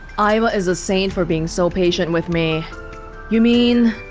um ah is a saint for being so patient with me yeah i mean